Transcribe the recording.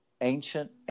ancient